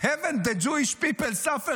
haven't the Jewish people suffered enough?